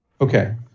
Okay